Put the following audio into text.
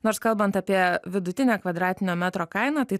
nors kalbant apie vidutinę kvadratinio metro kainą tai